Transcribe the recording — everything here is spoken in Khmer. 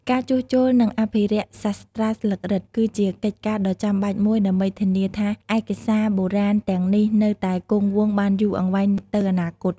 ការជួសជុល និងអភិរក្សសាស្រ្តាស្លឹករឹត គឺជាកិច្ចការដ៏ចាំបាច់មួយដើម្បីធានាថាឯកសារបុរាណទាំងនេះនៅតែគង់វង្សបានយូរអង្វែងទៅអនាគត។